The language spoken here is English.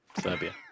Serbia